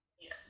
yes